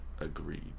agreed